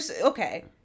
okay